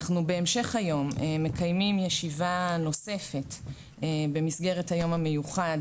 בהמשך היום אנחנו מקיימים ישיבה נוספת במסגרת היום המיוחד